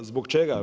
Zbog čega?